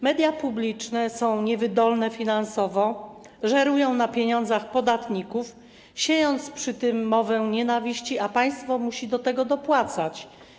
Media publiczne są niewydolne finansowo, żerują na pieniądzach podatników, siejąc przy tym mowę nienawiści, a państwo musi do tego dopłacać.